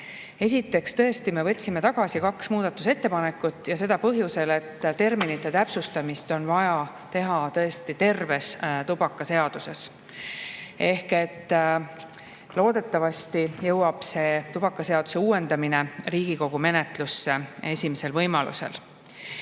Esiteks, tõesti, me võtsime tagasi kaks muudatusettepanekut, ja seda põhjusel, et terminite täpsustamist on vaja teha terves tubakaseaduses. Loodetavasti jõuab tubakaseaduse uuendamine Riigikogu menetlusse esimesel võimalusel.